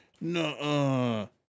No